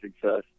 success